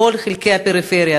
מכל חלקי הפריפריה,